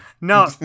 no